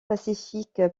pacifique